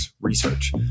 Research